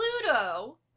Pluto